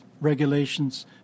regulations